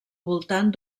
voltant